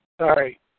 Sorry